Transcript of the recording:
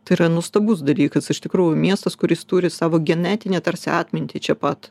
tai yra nuostabus dalykas iš tikrųjų miestas kuris turi savo genetinę tarsi atmintį čia pat